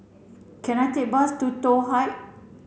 can I take a bus to Toh Height